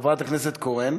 חברת הכנסת קורן.